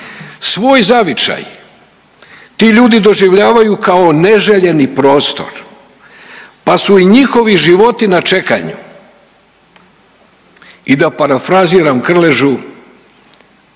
Svoj zavičaj ti ljudi doživljavaju kao neželjeni prostor, pa su i njihovi životi na čekanju i da parafraziram Krležu,